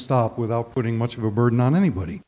stop without putting much of a burden on anybody